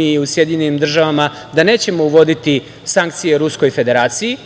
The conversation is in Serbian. i u SAD, da nećemo uvoditi sankcije Ruskoj Federaciji.